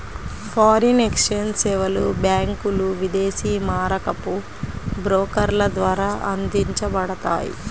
foreign exchange సేవలు బ్యాంకులు, విదేశీ మారకపు బ్రోకర్ల ద్వారా అందించబడతాయి